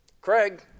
Craig